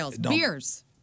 Beers